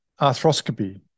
arthroscopy